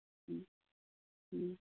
ᱦᱮᱸ ᱦᱮᱸ